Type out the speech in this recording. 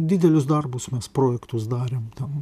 didelius darbus mes projektus darėm tam